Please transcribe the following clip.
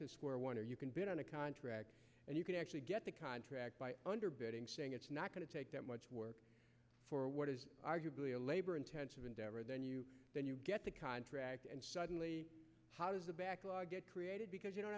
to square one or you can bid on a contract and you can actually get the contract underbidding saying it's not going to take that much work for what is arguably a labor intensive endeavor then you then you get the contract and suddenly how does the back because you don't